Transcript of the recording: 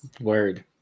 Word